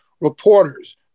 reporters